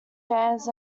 fans